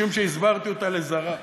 משום שהסברתי אותה עד זרא.